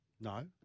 No